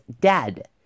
dead